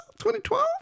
2012